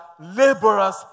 laborers